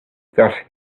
that